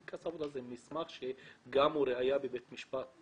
פנקס עבודה הוא מסמך שהוא גם ראיה בבית משפט.